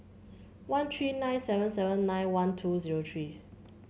one three nine seven seven nine one two zero three